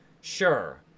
sure